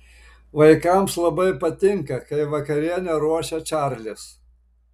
vaikams labai patinka kai vakarienę ruošia čarlis